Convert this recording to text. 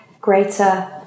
greater